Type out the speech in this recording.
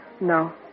No